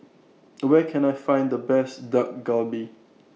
Where Can I Find The Best Dak Galbi